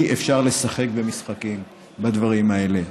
אי-אפשר לשחק במשחקים בדברים האלה.